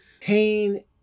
pain